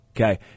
Okay